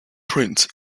print